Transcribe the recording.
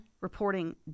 reporting